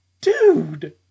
dude